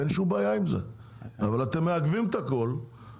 אין שום בעיה עם זה אבל אתם מעכבים את כל התהליך